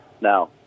Now